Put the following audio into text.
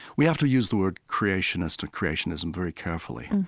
we have to use the word creationist or creationism very carefully.